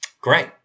Great